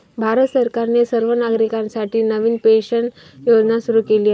भारत सरकारने सर्व नागरिकांसाठी नवीन पेन्शन योजना सुरू केली आहे